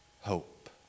hope